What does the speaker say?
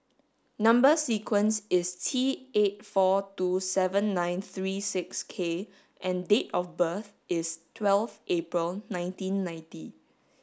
number sequence is T eight four two seven nine three six K and date of birth is twelve April nineteen ninty